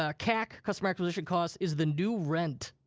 ah cac, customer acquisition cost, is the new rent.